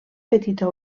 petita